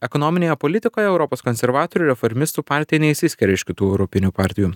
ekonominėje politikoje europos konservatorių reformistų partija neišsiskiria iš kitų europinių partijų